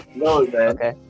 okay